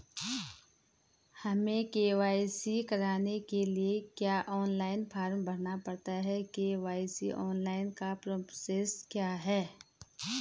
हमें के.वाई.सी कराने के लिए क्या ऑनलाइन फॉर्म भरना पड़ता है के.वाई.सी ऑनलाइन का प्रोसेस क्या है?